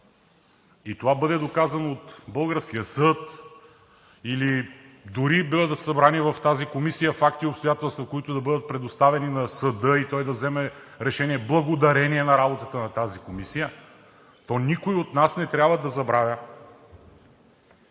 и това бъде доказано от българския съд или дори да бъдат събрани в тази комисия факти и обстоятелства, които да бъдат предоставени на съда и той да вземе решение благодарение на работата на тази комисия, то никой от нас не трябва да забравя,